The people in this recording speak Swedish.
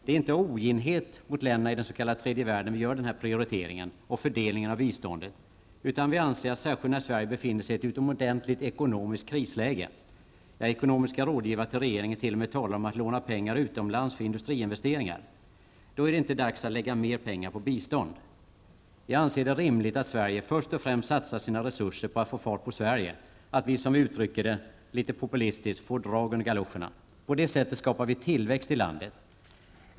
Det är inte av oginhet mot länderna i den s.k. tredje världen som vi gör denna prioritering och fördelning av biståndet, utan vi anser att det särskilt när Sverige befinner sig i ett utomordentligt ekonomiskt krisläge -- ekonomiska rådgivare till regeringen talar t.o.m. om att låna pengar utomlands för industriinvesteringar -- inte är dags att lägga mer pengar på bistånd. Jag anser det rimligt att Sverige först och främst satsar sina resurser på att få fart på Sverige, att vi som vi uttrycker det litet populistiskt ''får drag under galoscherna''. På det sättet skapar vi tillväxt i landet.